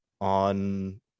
on